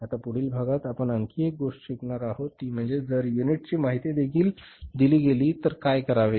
आता पुढील भागात आपण आणखी एक गोष्ट शिकणार आहोतती म्हणजे जर युनिटची माहितीदेखील दिली गेली तर काय करावे